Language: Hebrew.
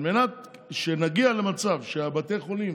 על מנת שנגיע למצב שלבתי החולים